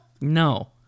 no